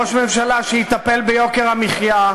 ראש ממשלה שיטפל ביוקר המחיה.